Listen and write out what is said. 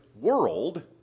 world